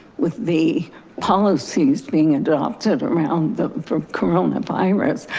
with the policies being adopted around the coronavirus,